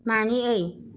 मानियै